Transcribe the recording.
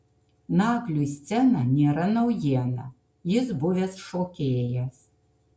nagliui scena nėra naujiena jis buvęs šokėjas